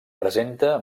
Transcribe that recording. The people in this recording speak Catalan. presenta